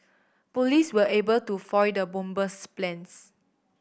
police were able to foil the bomber's plans